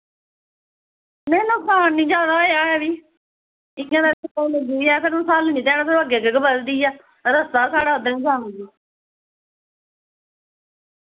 नेईं नुक्सान निं ज्यादा होया ऐ इ'यां ते ते ओह् स्हालनी ते ऐ ओह् अग्गे गै बधदी ऐ रास्ता साढ़ा